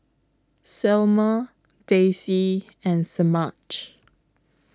Selmer Daisey and Semaj